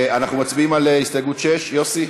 אנחנו מצביעים על הסתייגות 6, יוסי?